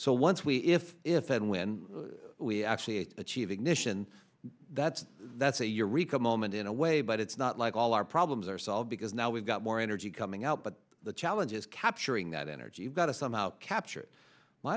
so once we if if and when we actually achieve ignition that's that's a eureka moment in a way but it's not like all our problems are solved because now we've got more energy coming out but the challenge is capturing that energy you got to somehow capture